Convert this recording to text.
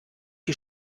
die